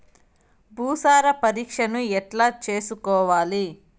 భూసార పరీక్షను ఎట్లా చేసుకోవాలి?